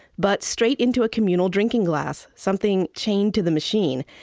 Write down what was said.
but straight into a communal drinking glass, something chained to the machine.